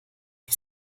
die